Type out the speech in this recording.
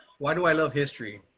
why do i love history.